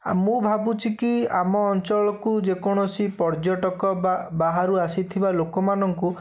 ଆଉ ମୁଁ ଭାବୁଛି କି ଆମ ଅଞ୍ଚଳକୁ ଯେକୌଣସି ପର୍ଯ୍ୟଟକ ବା ବାହାରୁ ଆସିଥିବା ଲୋକମାନଙ୍କୁ